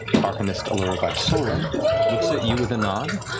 arcanist allura vysoren you with a nod.